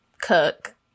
cook